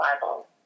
Bible